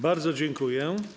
Bardzo dziękuję.